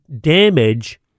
damage